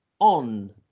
On